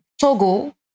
Togo